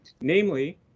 Namely